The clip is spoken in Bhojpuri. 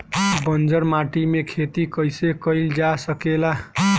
बंजर माटी में खेती कईसे कईल जा सकेला?